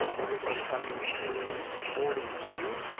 um we're looking to come to the board in june.